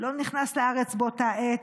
לא נכנס לארץ באותה עת,